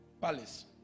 palace